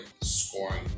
scoring